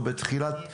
או בתחילת ספטמבר,